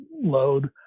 load